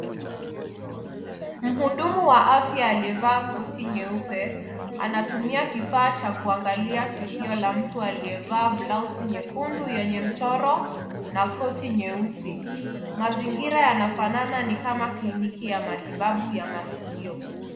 Mhudumu wa afya aliyevaa koti nyeupe anatumia kifaa cha kuangalia sikio la mtu aliyevaa blausi nyekundu yenye mchoro na koti nyeusi. Mazingira yanafanana ni kama kliniki ya matibabu ya masikio.